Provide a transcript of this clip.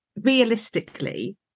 realistically